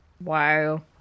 Wow